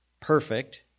Perfect